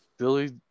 Billy